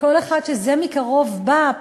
כל אחד שזה מקרוב בא,